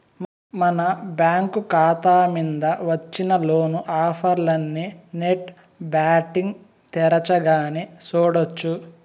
మన బ్యాంకు కాతా మింద వచ్చిన లోను ఆఫర్లనీ నెట్ బ్యాంటింగ్ తెరచగానే సూడొచ్చు